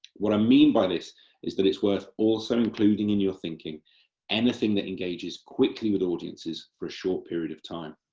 what i mean by this is it is worth also including in your thinking anything that engages quickly with audiences for a short period of time,